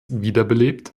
wiederbelebt